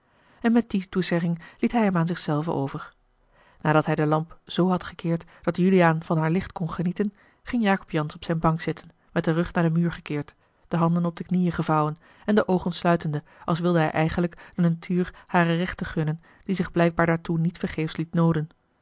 en met die toezegging liet hij hem aan zich zelven over nadat hij de lamp z had gekeerd dat juliaan van haar licht kon genieten ging jacob jansz op zijne bank zitten met den rug naar den muur gekeerd de handen op de knieën gevouwen en de oogen sluitende als wilde hij eindelijk de natuur hare rechten gunnen die zich blijkbaar daartoe niet vergeefs liet nooden